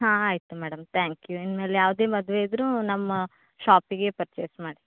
ಹಾಂ ಆಯಿತು madam thank you ಇನ್ಮೇಲೆ ಯಾವುದೇ ಮದುವೆ ಇದ್ದರೂ ನಮ್ಮ ಷಾಪಿಗೇ ಪರ್ಚೇಸ್ ಮಾಡಿ